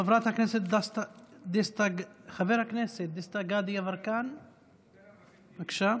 חבר הכנסת דסטה גדי יברקן, בבקשה.